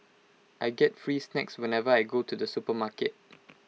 I get free snacks whenever I go to the supermarket